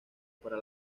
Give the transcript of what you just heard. para